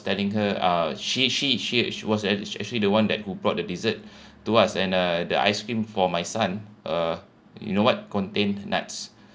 telling her uh she she she was actually the one that who brought the dessert to us and uh the ice cream for my son uh you know what contained nuts